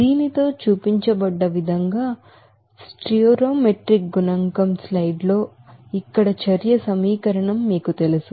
దీనితో చూపించబడ్డ విధంగా స్టోయికియోమెట్రిక్ కోఎఫిసిఎంట్ స్లైడ్ లో ఇక్కడ చర్య సమీకరణం మీకు తెలుసు